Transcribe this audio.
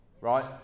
right